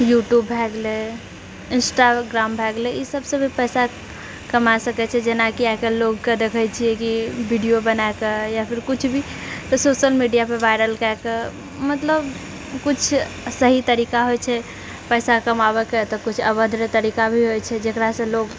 YouTube भए गेलै Instagram भए गेलै इसबसँ भी पैसा कमा सकैत छै जेनाकि आइकाल्हि लोगके देखए छिए कि वीडियो बनाके या फिर किछु भी सोशल मीडिया पर वायरल कएके मतलब किछु सही तरीका होइत छै पैसा कमाबयके तऽ कुछ अभद्र तरीका भी होइत छै जकरासँ लोग